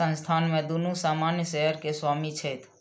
संस्थान में दुनू सामान्य शेयर के स्वामी छथि